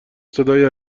صدای